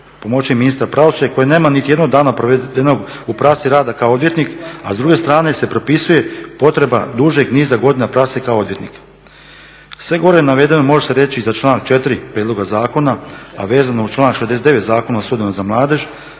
pomoćnik ministra pravosuđa koji nema niti jednog dana provedenog u praksi rada kao odvjetnik a s druge strane se propisuje potreba dužeg niza godina prakse kao odvjetnik. Sve gore navedeno može se reći i za članak 4. prijedloga zakona a vezano uz članak 69. Zakona o sudovima za mladež